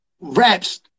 raps